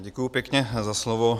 Děkuji pěkně za slovo.